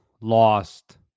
lost